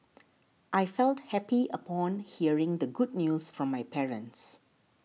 I felt happy upon hearing the good news from my parents